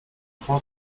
vor